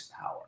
power